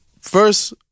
first